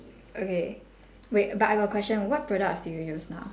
okay wait but I got a question what products do you use now